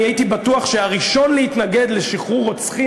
אני הייתי בטוח שהראשון להתנגד לשחרור רוצחים